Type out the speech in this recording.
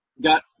got